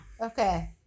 Okay